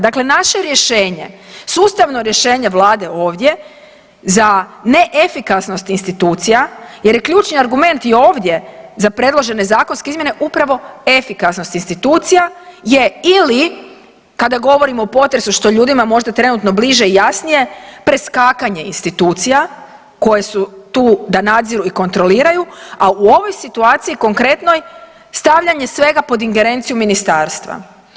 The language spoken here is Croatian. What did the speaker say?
Dakle naše rješenje, sustavno rješenje Vlade ovdje za neefikasnost institucija jer je ključni argument i ovdje za predložene zakonske izmjene upravo efikasnost institucija je ili kada govorimo o potresu, što je ljudima trenutno bliže i jasnije, preskakanje institucija koje su tu da nadziru i kontroliraju, a u ovoj situaciji konkretnoj, stavljanje svega pod ingerenciju Ministarstva.